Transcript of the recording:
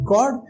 God